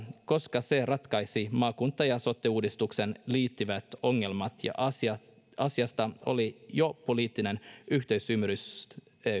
koska se ratkaisisi maakunta ja sote uudistukseen liittyvät ongelmat ja asiasta asiasta oli jo poliittinen yhteisymmärrys